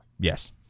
yes